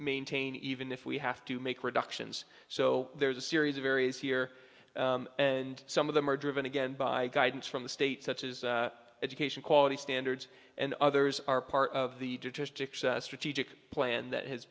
maintain even if we have to make reductions so there's a series of areas here and some of them are driven again by guidance from the state such as education quality standards and others are part of the strategic plan that has